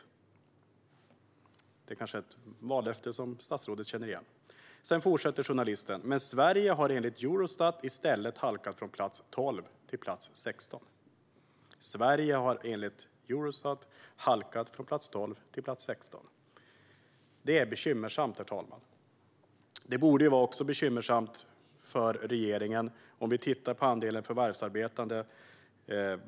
Statsrådet kanske känner igen det vallöftet. Sedan fortsätter journalisten: Men Sverige har enligt Eurostat i stället halkat från plats 12 till plats 16. Herr talman! Detta är bekymmersamt. Det borde också vara bekymmersamt för regeringen om vi tittar på andelen förvärvsarbetande.